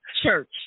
Church